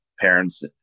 parents